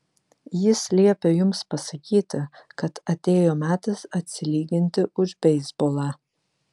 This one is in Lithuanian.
jis liepė jums pasakyti kad atėjo metas atsilyginti už beisbolą